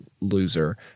loser